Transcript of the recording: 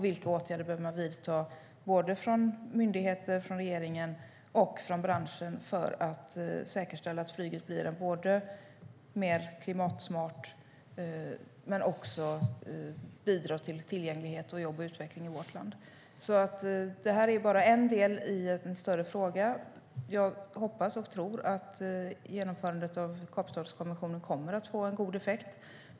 Vilka åtgärder behöver såväl myndigheterna som regeringen och branschen vidta för att säkerställa att flyget blir mer klimatsmart men också bidrar till tillgänglighet, jobb och utveckling i vårt land? Det här är alltså bara en del i en större fråga. Jag hoppas och tror att införandet av Kapstadskonventionen kommer att få god effekt.